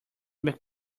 make